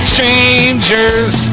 Strangers